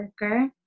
worker